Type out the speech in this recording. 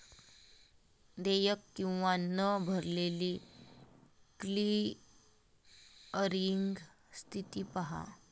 देयक किंवा न भरलेली क्लिअरिंग स्थिती पहा